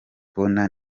kubona